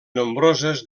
nombroses